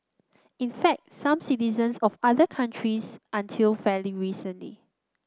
in fact some citizens of other countries until fairly recently